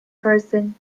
person